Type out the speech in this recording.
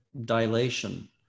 dilation